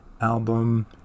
album